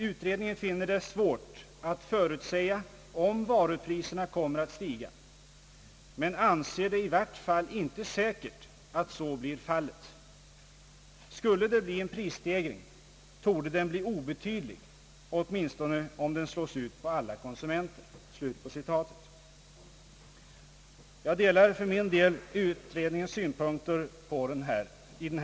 Utredningen finner det svårt att förutsäga om varupriserna kommer att stiga men anser det i vart fall inte säkert att så blir fallet. Skulle det bli en prisstegring torde den bli obetydlig, åtminstone om den slås ut på alla konsumenter.» Jag delar utredningens synpunkter i denna fråga.